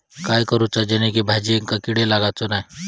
काय करूचा जेणेकी भाजायेंका किडे लागाचे नाय?